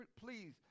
please